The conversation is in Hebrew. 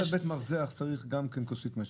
מרזח צריך גם כן כוסית משקה.